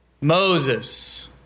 Moses